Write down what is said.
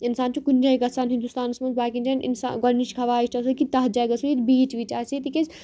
اِنسان چھُ کُنہِ جایہِ گژھان ہِنٛدوستانَس منٛز باقِیَن جَایَن اِنسان گۄڈٕنِچ خواہِش چھِ آسان کہِ تَتھ جایہِ گژھو ییٚتہِ بیٖچچ ویٖچ آسہِ تِکیٛازِ